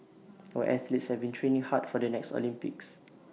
our athletes have been training hard for the next Olympics